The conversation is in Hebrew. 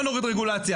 בוא נוריד רגולציה,